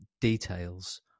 details